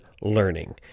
learning